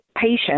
patient